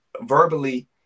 verbally